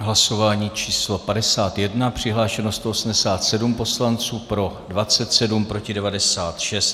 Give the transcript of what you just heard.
Hlasování číslo 51, přihlášeno 187 poslanců, pro 27, proti 96.